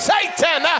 Satan